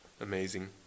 amazing